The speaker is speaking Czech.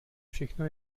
všechno